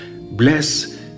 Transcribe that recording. bless